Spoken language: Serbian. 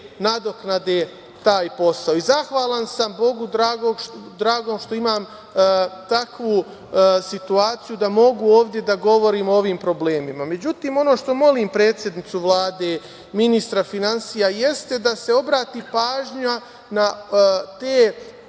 nadoknade taj posao. Zahvalan sam Bogu dragom što imam takvu situaciju da mogu ovde da govorim o ovim problemima.Međutim, ono što molim predsednicu Vlade, ministra finansija jeste da se obrati pažnja na te